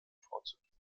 vorzugehen